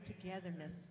togetherness